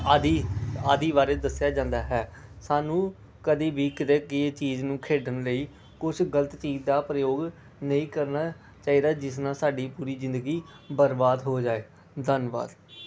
ਆਦਿ ਆਦਿ ਬਾਰੇ ਦੱਸਿਆ ਜਾਂਦਾ ਹੈ ਸਾਨੂੰ ਕਦੇ ਵੀ ਕਿਤੇ ਕਿਸੇ ਚੀਜ਼ ਨੂੰ ਖੇਡਣ ਲਈ ਕੁਛ ਗਲਤ ਚੀਜ਼ ਦਾ ਪ੍ਰਯੋਗ ਨਹੀਂ ਕਰਨਾ ਚਾਹੀਦਾ ਜਿਸ ਨਾਲ ਸਾਡੀ ਪੂਰੀ ਜ਼ਿੰਦਗੀ ਬਰਬਾਦ ਹੋ ਜਾਏ ਧੰਨਵਾਦ